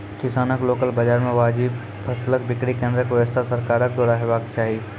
किसानक लोकल बाजार मे वाजिब फसलक बिक्री केन्द्रक व्यवस्था सरकारक द्वारा हेवाक चाही?